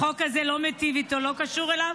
החוק הזה לא מיטיב איתו, לא קשור אליו.